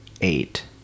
eight